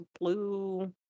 blue